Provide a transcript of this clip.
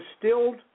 distilled